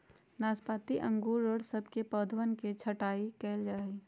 नाशपाती अंगूर और सब के पौधवन के छटाई कइल जाहई